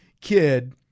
kid